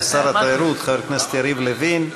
שר התיירות חבר הכנסת יריב לוין,